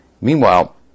Meanwhile